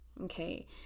okay